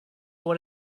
what